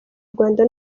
rwanda